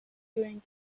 during